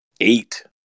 Eight